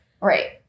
Right